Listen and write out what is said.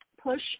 push